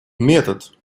метод